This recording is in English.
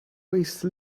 waste